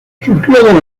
surgió